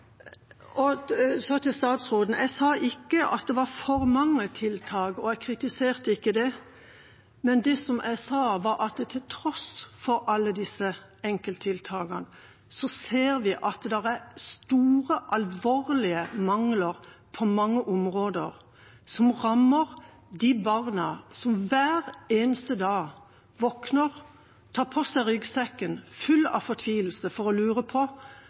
Så til statsråden. Jeg sa ikke at det var for mange tiltak, og jeg kritiserte ikke det. Det jeg sa, var at til tross for alle disse enkelttiltakene ser vi at det er store, alvorlige mangler på mange områder, som rammer de barna som hver eneste dag våkner og tar på seg ryggsekken, full av fortvilelse, og lurer på: